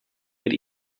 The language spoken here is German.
mit